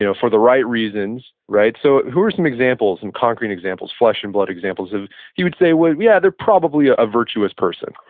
you know for the right reasons. so, who are some examples, some concrete examples, flesh and blood examples of you would say, well, yeah, they're probably ah a virtuous person?